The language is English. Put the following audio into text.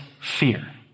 fear